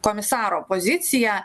komisaro poziciją